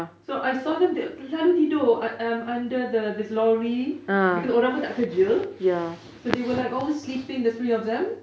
so I saw them dia selalu tidur under the this lorry because orang pun tak kerja so they were like always sleeping the three of them